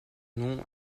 nom